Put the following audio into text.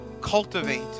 cultivate